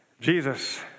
Jesus